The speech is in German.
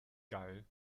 geil